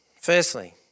Firstly